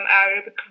arabic